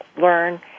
learn